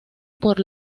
por